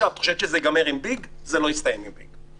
וזה לא יסתיים עם ביג.